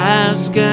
ask